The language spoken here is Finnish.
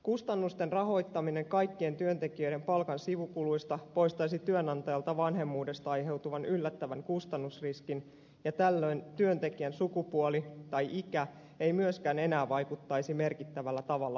kustannusten rahoittaminen kaikkien työntekijöiden palkan sivukuluista poistaisi työnantajalta vanhemmuudesta aiheutuvan yllättävän kustannusriskin ja tällöin työntekijän sukupuoli tai ikä ei myöskään enää vaikuttaisi merkittävällä tavalla palkkaukseen